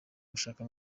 gushaka